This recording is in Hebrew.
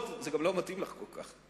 זה גם לא מתאים לך כל כך.